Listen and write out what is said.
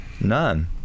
None